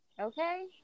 okay